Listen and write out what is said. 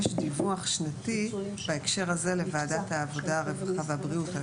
יש דיווח שנתי בהקשר הזה לוועדת העבודה הרווחה והבריאות,